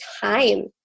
time